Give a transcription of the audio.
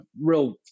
real